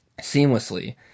Seamlessly